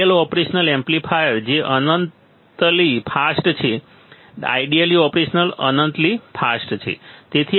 જો કે ideal operational amplifier તે અનંતલી ફાસ્ટ છે આઇડિયલ ઓપરેશન અનંતલી ફાસ્ટ છે